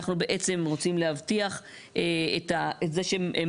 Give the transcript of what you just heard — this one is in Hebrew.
אנחנו בעצם רוצים להבטיח את זה שהם